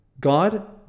God